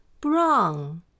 Brown